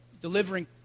delivering